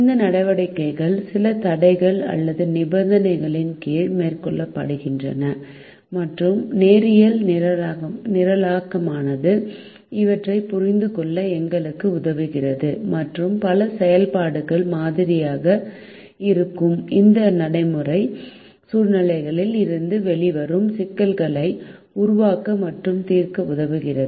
இந்த நடவடிக்கைகள் சில தடைகள் அல்லது நிபந்தனைகளின் கீழ் மேற்கொள்ளப்படுகின்றன மற்றும் நேரியல் நிரலாக்கமானது இவற்றைப் புரிந்துகொள்ள எங்களுக்கு உதவுகிறது மற்றும் பல செயல்பாடுகள் மாதிரியாக இருக்கும் இந்த நடைமுறை சூழ்நிலைகளில் இருந்து வெளிவரும் சிக்கல்களை உருவாக்க மற்றும் தீர்க்க உதவுகிறது